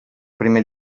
primer